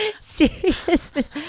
Seriousness